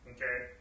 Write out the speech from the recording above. Okay